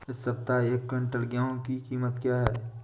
इस सप्ताह एक क्विंटल गेहूँ की कीमत क्या है?